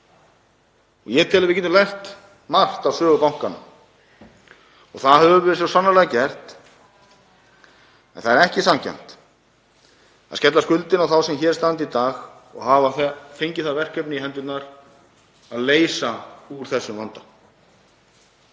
Ég tel að við getum lært margt af sögu bankanna og það höfum við svo sannarlega gert, en það er ekki sanngjarnt að skella skuldinni á þá sem hér standa í dag og hafa fengið það verkefni í hendurnar að leysa úr þessum vanda.